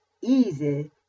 easy